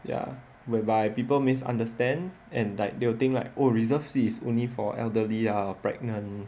ya whereby people misunderstand and like they will think like oh reserved seat is only for elderly ya or pregnant